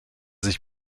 sich